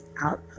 out